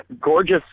gorgeous